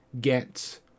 get